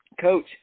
coach